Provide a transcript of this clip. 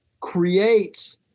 creates